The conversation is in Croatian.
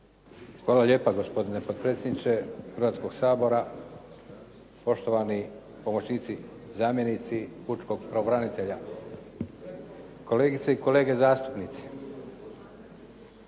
Hvala lijepa. Gospodine potpredsjedniče Hrvatskoga sabora, poštovani pomoćnici, zamjenici pučkog pravobranitelja, kolegice i kolege zastupnici.